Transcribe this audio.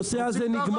אתם רוצים ככה?